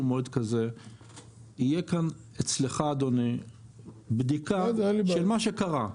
מועד כזה יהיה כאן אצלך אדוני בדיקה של מה שקרה.